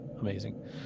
amazing